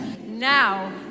Now